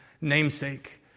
namesake